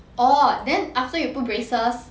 orh then after you put braces